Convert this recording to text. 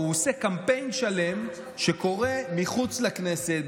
הוא עושה קמפיין שלם שקורה מחוץ לכנסת,